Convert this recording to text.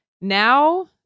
Now